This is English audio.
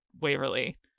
Waverly